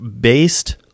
based